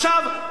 עכשיו,